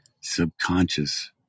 subconscious